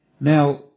Now